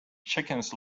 chickens